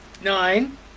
nine